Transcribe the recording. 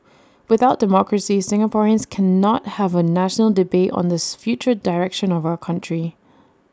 without democracy Singaporeans cannot have A national debate on this future direction of our country